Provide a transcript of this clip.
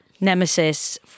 nemesis